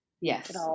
yes